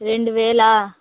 రెండువేలా